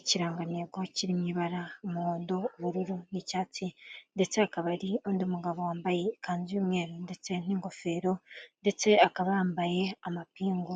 ikirangantego kiri mu ibara ry'umuhondo, ubururu n'icyatsi ndetse hakaba hari undi mugabo wambaye ikanzu y'umweru ndetse n'ingofero ndetse akaba yambaye amapingu.